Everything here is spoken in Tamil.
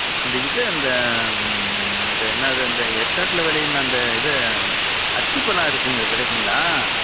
அந்த இது அந்த இந்த என்னது அந்த எற்காடில் விளையுமே அந்த இது அத்திப்பழம் இருக்குதுங்க கிடைக்குங்களா